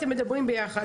כל,